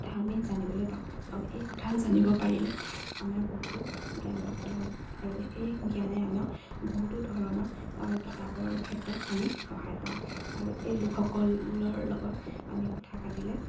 কথা আমি জানিবলৈ পাওঁ আৰু এই কথা জানিব পাৰিলে আমাৰ বহুতো জ্ঞান প্ৰাপ্ত হয় আৰু এই জ্ঞানে আমি বহুতো ধৰণৰ কিতাপৰ ক্ষেত্ৰত আমি সহায় পাওঁ আৰু এই লোকসকলৰ লগত আমি কথা পাতিলে